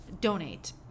donate